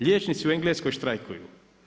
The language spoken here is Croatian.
Liječnici u Engleskoj štrajkaju.